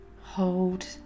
hold